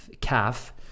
calf